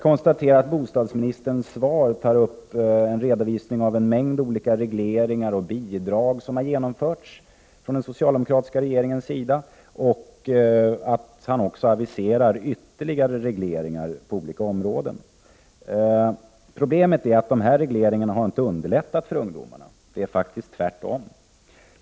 Bostadsministern redovisar i sitt svar en mängd regleringar och bidrag som genomförts av den socialdemokratiska regeringen, och han aviserar ytterligare regleringar på olika områden. Problemet är att de här regleringarna inte har underlättat för ungdomarna; det är faktiskt tvärtom.